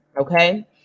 Okay